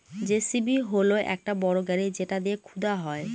JCB হল একটা বড় গাড়ি যেটা দিয়ে খুদা হয়